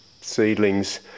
seedlings